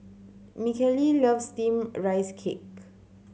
Michaele loves Steamed Rice Cake